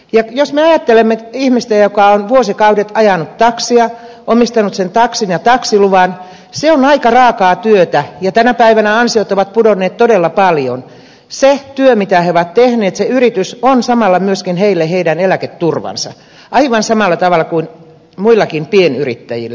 jos me ajattelemme ihmistä joka on vuosikaudet ajanut taksia omistanut sen taksin ja taksiluvan se on aika raakaa työtä ja tänä päivänä ansiot ovat pudonneet todella paljon se työ mitä hän on tehnyt se yritys on samalla myöskin hänelle hänen eläketurvansa aivan samalla tavalla kuin muillakin pienyrittäjillä